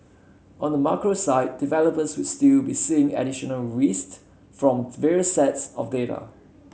on the macro side developers would still be seeing additional from various sets of data